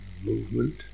movement